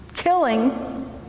Killing